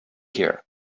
here